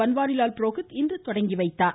பன்வாரிலால் புரோகித் இன்று தொடங்கி வைத்தார்